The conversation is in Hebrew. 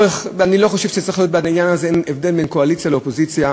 ואני לא חושב שצריך להיות בעניין הזה הבדל בין קואליציה לאופוזיציה.